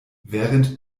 während